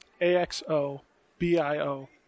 a-x-o-b-i-o